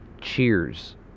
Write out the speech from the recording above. cheers